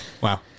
Wow